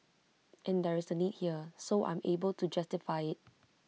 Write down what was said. and there is A need here so I'm able to justify IT